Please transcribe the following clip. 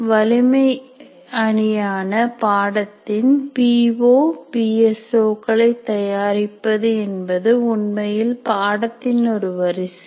வலிமை அணியான பாடத்தின் P O P S O களை தயாரிப்பது என்பது உண்மையில் பாடத்தின் ஒரு வரிசை